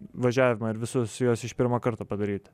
važiavimą ir visus juos iš pirmo karto padaryti